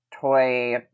toy